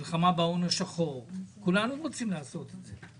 מלחמה בהון השחור - כולנו רוצים לעשות את זה.